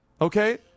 okay